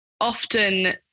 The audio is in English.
often